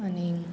आनी